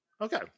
Okay